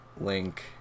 link